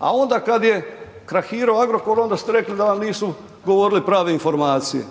a onda kad je krahirao Agrokor onda ste rekli da vam nisu govorili prave informacije,